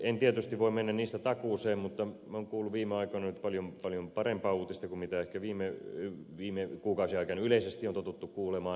en tietysti voi mennä niistä takuuseen mutta minä olen kuullut viime aikoina nyt paljon paljon parempaa uutista kuin ehkä viime kuukausien aikana yleisesti on totuttu kuulemaan